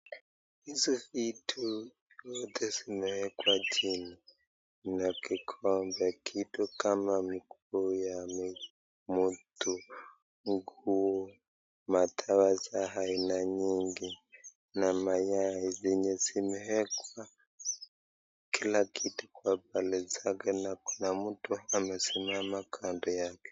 Hizi vitu zote zimeekwa chini. Kuna kikombe kitu kama miguu ya mutu, huku madawa za aina nyingi na mayai zenye zimeekwa kila kitu kwa pande zake na kuna mtu amesimama kando yake.